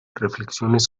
reflexiones